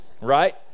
right